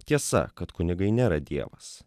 tiesa kad kunigai nėra dievas